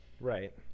right